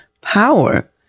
power